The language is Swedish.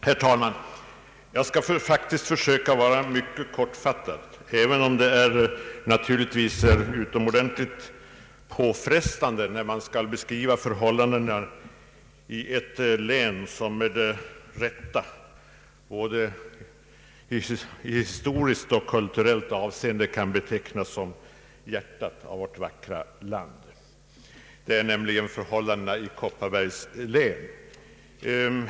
Herr talman! Jag skall försöka vara mycket kortfattad, även om det är påfrestande när man skall beskriva förhållandena i ett län som med rätta i både historiskt och kulturellt avseende kan betecknas som hjärtat i vårt vackra land. Det gäller nämligen förhållandena i Kopparbergs län.